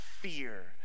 fear